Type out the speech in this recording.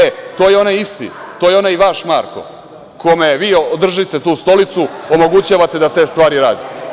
E, to je onaj isti, to je onaj vaš Marko kome vi držite tu stolicu, omogućavate da stvari radi.